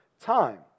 time